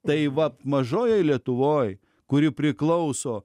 tai vat mažojoj lietuvoj kuri priklauso